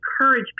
encourage